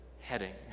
heading